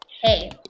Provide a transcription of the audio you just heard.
hey